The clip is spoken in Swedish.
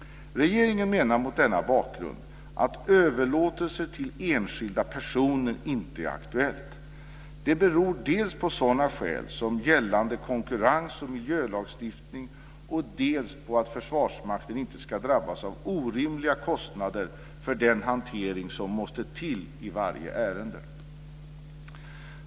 Regeringen menar mot denna bakgrund att överlåtelser till enskilda personer inte är aktuella. Det beror dels på sådana skäl som gällande konkurrens och miljölagstiftning, dels på att Försvarsmakten inte ska drabbas av orimliga kostnader för den hantering som måste till i varje ärende.